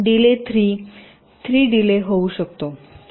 delay 3 delay होऊ शकतो